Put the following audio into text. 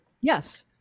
Yes